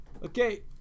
Okay